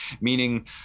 meaning